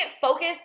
focus